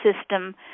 system